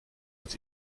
aus